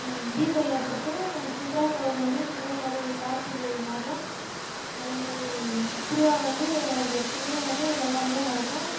தீபம் ஏற்றர்தும் சித்ரா பௌர்ணமி இதே மாதிரி கார்த்திகை மாதம் அதே மாதிரி திருவிழா வந்து அது எப்பவுமே வந்து நல்லபடியாக நடக்கும்